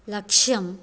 लक्षं